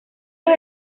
los